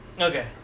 Okay